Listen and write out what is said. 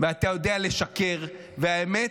ואתה יודע לשקר, והאמת,